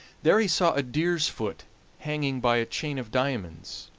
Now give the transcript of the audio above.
there he saw a deer's foot hanging by a chain of diamonds,